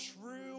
true